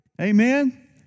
Amen